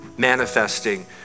Manifesting